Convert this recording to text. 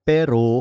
Pero